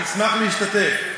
אני אשמח להשתתף.